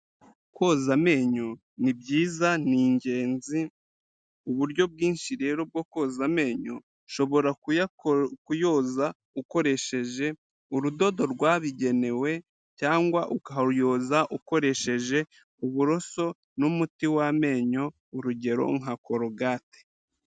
Koza amenyo ni byiza ni ingenzi uburyo bwinshi rero bwo koza amenyo, ushobora kuyoza ukoresheje urudodo rwabigenewe cyangwa ukayoza ukoresheje uburoso n'umuti w'amenyo urugero nka korugate.